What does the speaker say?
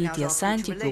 ateities santykių